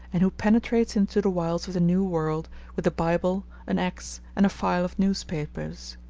and who penetrates into the wilds of the new world with the bible, an axe, and a file of newspapers.